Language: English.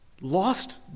Lost